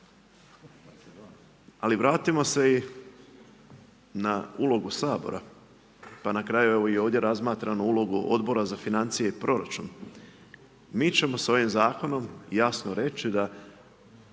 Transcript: Ali vratimo se i na ulogu Sabora. Pa na kraju evo i ovdje razmatranu ulogu Odbora za financije i proračun. Mi ćemo s ovim zakonom jasno reći da